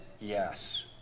Yes